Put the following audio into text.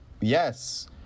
yes